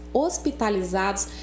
hospitalizados